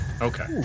Okay